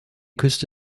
küste